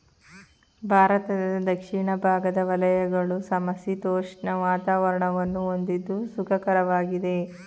ಭಾರತದ ದಕ್ಷಿಣ ಭಾಗದ ವಲಯಗಳು ಸಮಶೀತೋಷ್ಣ ವಾತಾವರಣವನ್ನು ಹೊಂದಿದ್ದು ಸುಖಕರವಾಗಿದೆ